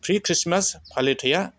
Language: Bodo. प्रि ख्रिस्टमास फालिथाया